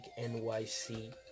NYC